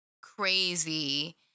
crazy